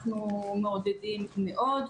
שאנחנו מעודדים מאוד.